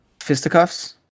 fisticuffs